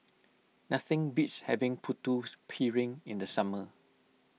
nothing beats having Putu Piring in the summer